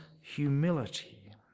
humility